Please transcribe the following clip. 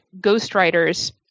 ghostwriters